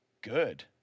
good